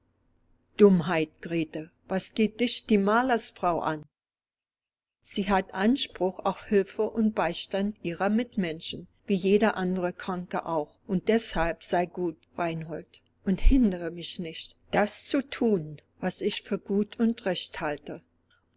dummheit grete was geht dich die malersfrau an sie hat anspruch auf hilfe und beistand ihrer mitmenschen wie jeder andere kranke auch und deshalb sei gut reinhold und hindere mich nicht das zu thun was ich für gut und recht halte